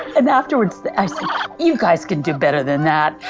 and afterwards i said you guys can do better than that.